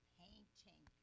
painting